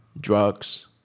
drugs